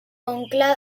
oncle